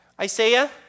Isaiah